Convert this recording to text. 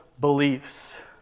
beliefs